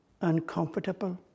uncomfortable